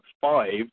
five